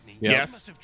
Yes